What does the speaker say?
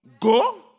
Go